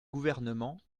gouvernement